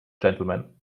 gentlemen